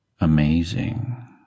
amazing